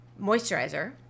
moisturizer